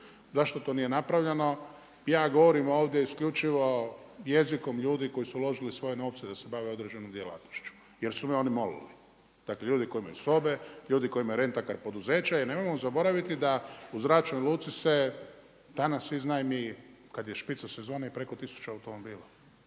Zašto to nije napravljeno? Ja govorim ovdje isključivo jezikom ljudi koji su uložili svoje novce da se bave određenom djelatnošću jer su me oni molili. Dakle ljudi koji imaju sobe, ljudi koji imaju rent-a-car poduzeće. I nemojmo zaboraviti da u zračnoj luci se danas iznajmi kada je špica sezone i preko 1000 automobila.